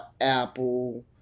Apple